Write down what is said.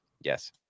yes